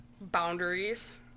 boundaries